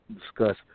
discuss